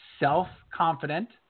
self-confident